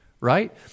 Right